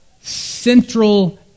central